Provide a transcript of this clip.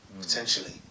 potentially